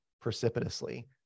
precipitously